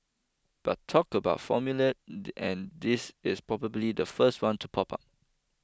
but talk about formulae the and this is probably the first one to pop up